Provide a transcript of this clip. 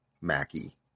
Mackie